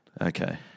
Okay